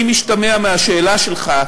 אם השתמע מהשאלה שלך,